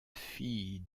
fille